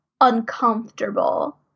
uncomfortable